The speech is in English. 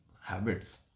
habits